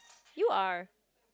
you are